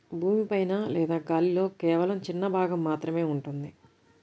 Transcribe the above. భూమి పైన లేదా గాలిలో కేవలం చిన్న భాగం మాత్రమే ఉంటుంది